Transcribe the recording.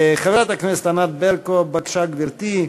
חברת הכנסת ענת ברקו, בבקשה, גברתי.